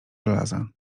żelaza